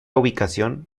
ubicación